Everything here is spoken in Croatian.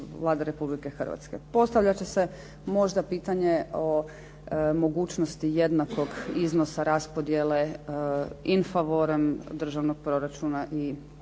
vlada Republike Hrvatske. Postavljat će se možda pitanje o mogućnosti jednakog iznosa raspodjele in favorem državnog proračuna i pojedinih